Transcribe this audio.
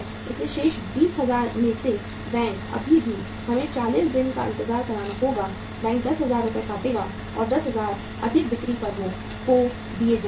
इसलिए शेष 20000 रुपये में से बैंक अभी भी हमें 40 दिनों तक इंतजार करना होगा बैंक 10000 रुपये काटेगा और 10000 रुपये अधिक बिक्री फर्मों को दिए जाएंगे